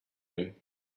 him